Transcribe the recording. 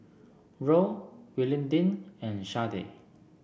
Roll Willodean and Sharday